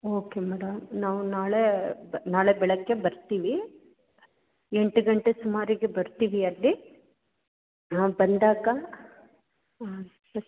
okay madam ನಾವು ನಾಳೆ ಬ ನಾಳೆ ಬೆಳಗ್ಗೆ ಬರ್ತೀವಿ ಎಂಟು ಗಂಟೆ ಸುಮಾರಿಗೆ ಬರ್ತೀವಿ ಅಲ್ಲಿ ನಾವು ಬಂದಾಗ